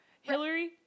Hillary